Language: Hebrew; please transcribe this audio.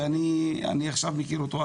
שאני עכשיו מכיר אותו,